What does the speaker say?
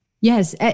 Yes